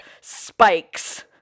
spikes